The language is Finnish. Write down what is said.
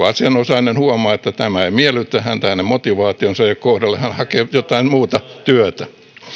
asianosainen huomaa että tämä ei miellytä häntä hänen motivaationsa ei ole kohdallaan ja hän hakee jotain muuta työtä